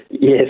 Yes